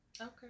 Okay